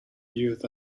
used